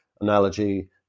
analogy